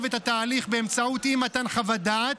את התהליך באמצעות אי-מתן חוות דעת,